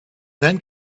then